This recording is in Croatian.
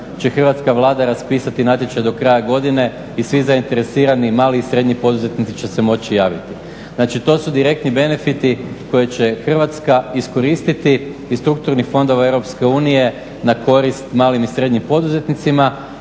hrvatska Vlada raspisati natječaj do kraja godine i svi zainteresirani mali i srednji poduzetnici će se moći javiti. Znači to su direktni benefiti koje će Hrvatska iskoristiti iz strukturnih fondova EU na korist malim i srednjim poduzetnicima